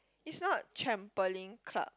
is not trampoline club